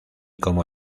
como